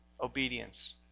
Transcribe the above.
obedience